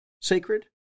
sacred